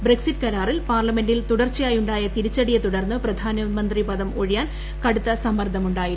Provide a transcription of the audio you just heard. Brexit കരാറിൽ പാർലമെന്റിൽ തുടർച്ചയായുണ്ടായ തിരിച്ചടിയെ തുടർന്ന് പ്രധാനമന്ത്രി പദം ഒഴിയാൻ കടുത്ത സമ്മർദ്ദമുണ്ടായിരുന്നു